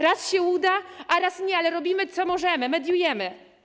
Raz się uda, a raz nie, ale robimy, co możemy, mediujemy.